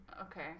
okay